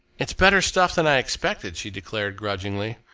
it's better stuff than i expected, she declared grudgingly.